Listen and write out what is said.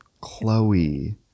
Chloe